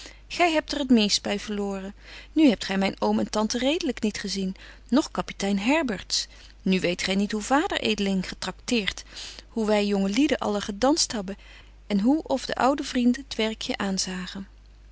gy hebt er t meest by verloren nu hebt gy myn oom en tante redelyk niet gezien noch kapitein herberts nu weet gy niet hoe vader edeling getracteert hoe wy jonge lieden allen gedanst hebben en hoe of de oude vrienden t werkje aan